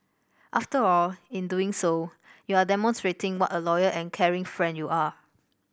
after all in doing so you are demonstrating what a loyal and caring friend you are